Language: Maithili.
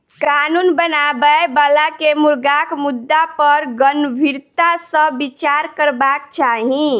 कानून बनाबय बला के मुर्गाक मुद्दा पर गंभीरता सॅ विचार करबाक चाही